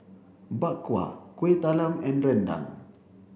Bak Kwa Kueh Talam and Rendang